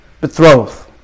betroth